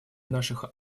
наших